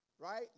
Right